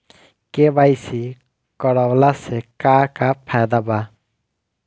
KYC करवला से का का फायदा बा?